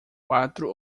quatro